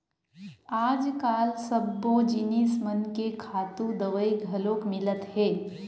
आजकाल सब्बो जिनिस मन के खातू दवई घलोक मिलत हे